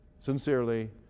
sincerely